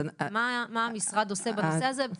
מה המשרד עושה בנושא הזה?